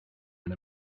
and